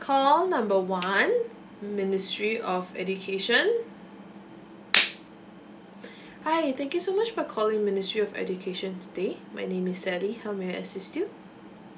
call number one ministry of education hi thank you so much for calling ministry of education today my name is sally how may I assist you